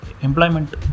employment